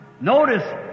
notice